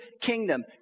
kingdom